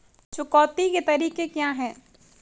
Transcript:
चुकौती के तरीके क्या हैं?